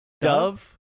Dove